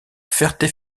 ferté